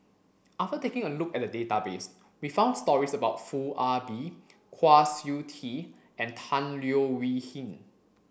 after taking a look at the database we found stories about Foo Ah Bee Kwa Siew Tee and Tan Leo Wee Hin